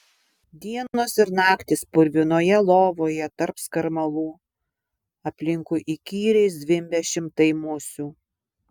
dienos ir naktys purvinoje lovoje tarp skarmalų aplinkui įkyriai zvimbia šimtai musių